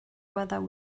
whether